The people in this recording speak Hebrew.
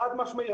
חד משמעית,